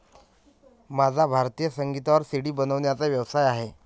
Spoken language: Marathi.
माझा भारतीय संगीतावर सी.डी बनवण्याचा व्यवसाय आहे